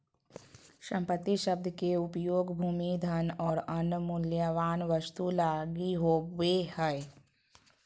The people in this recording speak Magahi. संपत्ति शब्द के उपयोग भूमि, धन और अन्य मूल्यवान वस्तु लगी होवे हइ